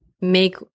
make